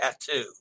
tattoo